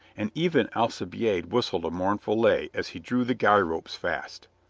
and even alcibiade whistled a mournful lay as he drew the guy ropes fast.